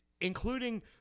including